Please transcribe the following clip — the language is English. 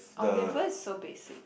Oliver is so basic